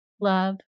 love